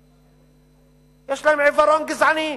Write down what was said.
יש להם עיוורון גזעני.